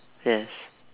yes